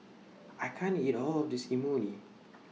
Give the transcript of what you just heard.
I can't eat All of This Imoni